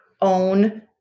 own